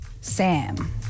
Sam